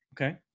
Okay